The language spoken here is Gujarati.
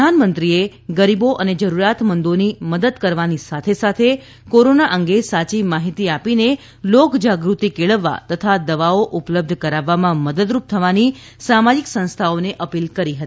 પ્રધાનમંત્રીએ ગરીબો અને જરૂરિયાતમંદોની મદદ કરવાની સાથે સાથે કોરોના અંગે સાચી માહિતી આપીને લોકજાગૃતિ કેળવવા તથા દવાઓ ઉપલબ્ધ કરાવવામાં મદદરૂપ થવાની સામાજીક સંસ્થાઓને અપીલ કરી હતી